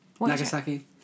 Nagasaki